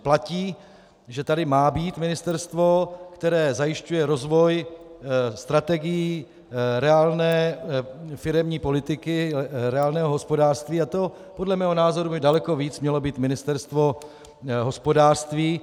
Platí, že tady má být ministerstvo, které zajišťuje rozvoj, strategii reálné firemní politiky, reálného hospodářství, a to podle mého názoru by daleko víc mělo být Ministerstvo hospodářství.